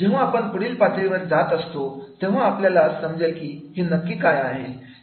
जेव्हा आपण पुढील पातळीवरती जात असतो तेव्हा आपल्याला समजेल की हे नक्की काय आहे